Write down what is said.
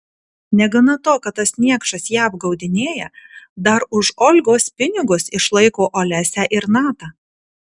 negana to kad tas niekšas ją apgaudinėja dar už olgos pinigus išlaiko olesią ir natą